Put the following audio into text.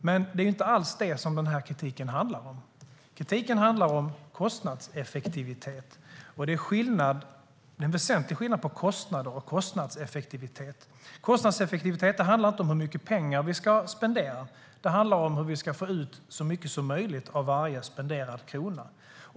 Men det är ju inte alls detta som kritiken handlar om. Kritiken handlar om kostnadseffektivitet. Det är väsentlig skillnad på kostnader och kostnadseffektivitet. Kostnadseffektivitet handlar inte om hur mycket pengar vi ska spendera utan om hur vi ska få ut så mycket som möjligt av varje spenderad krona.